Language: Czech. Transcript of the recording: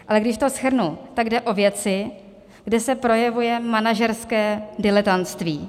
Ale když to shrnu, tak jde o věci, kde se projevuje manažerské diletantství.